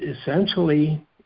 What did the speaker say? essentially